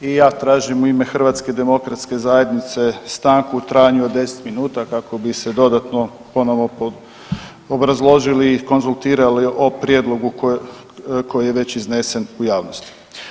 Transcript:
I ja tražim u ime HDZ-a stanku u trajanju od 10 minuta kako bi se dodatno ponovno obrazložili i konzultirali o prijedlogu koji je već iznesen u javnosti.